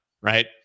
Right